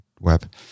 web